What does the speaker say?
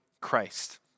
Christ